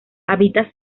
habita